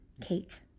Kate